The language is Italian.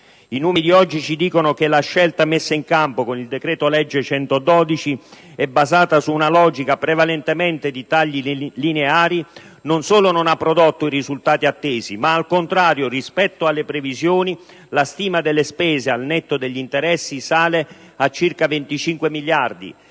I numeri di oggi ci dicono che la scelta messa in campo con il decreto-legge n. 112 del 2008 e basata su una logica prevalentemente di tagli lineari non solo non ha prodotto i risultati attesi, ma al contrario, rispetto alle previsioni, la stima delle spese al netto degli interessi sale a circa 25 miliardi.